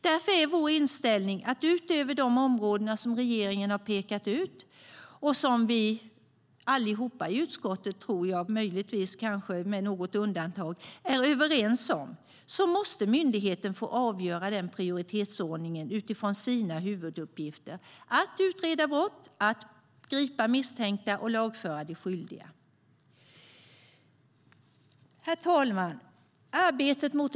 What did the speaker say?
Därför är vår inställning att utöver de områden som regeringen har pekat ut och som vi alla i utskottet, möjligtvis med något undantag, är överens om måste myndigheten få avgöra prioritetsordningen utifrån sina huvuduppgifter: att utreda brott, att gripa misstänkta och att lagföra de skyldiga. Herr talman!